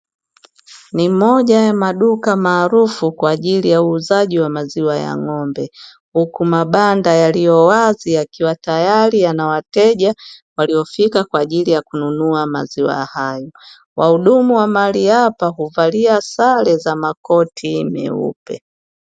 Ni moja ya duka maarufu kwa ajili ya uuzaji wa maziwa ya ng’ombe, huku mabanda yaliyo wazi yakiwa tayari yana wateja waliofika kwa ajili ya kununua maziwa hayo. Wahudumu wa mahali hapa huvalia sare za makoti meupe.